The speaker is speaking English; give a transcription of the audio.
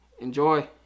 Enjoy